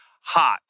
hot